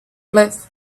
cliff